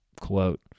quote